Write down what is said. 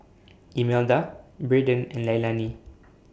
Imelda Braden and Leilani